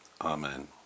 Amen